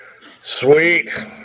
Sweet